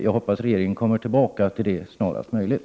Jag hoppas regeringen kommer tillbaka till detta snarast möjligt.